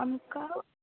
आमकां